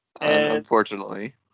Unfortunately